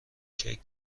کیک